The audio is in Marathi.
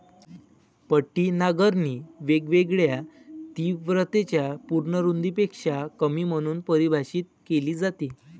पट्टी नांगरणी वेगवेगळ्या तीव्रतेच्या पूर्ण रुंदीपेक्षा कमी म्हणून परिभाषित केली जाते